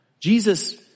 Jesus